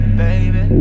baby